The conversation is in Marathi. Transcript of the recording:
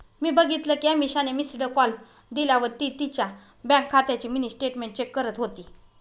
मी बघितल कि अमीषाने मिस्ड कॉल दिला व ती तिच्या बँक खात्याची मिनी स्टेटमेंट चेक करत होती